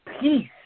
peace